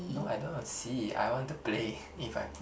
no I don't want to see I want to play if I